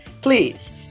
Please